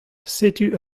setu